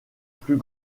plus